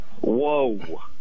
Whoa